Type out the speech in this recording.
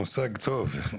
מושג טוב.